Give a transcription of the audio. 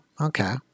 Okay